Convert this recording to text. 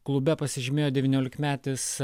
klube pasižymėjo devyniolikmetis